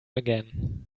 again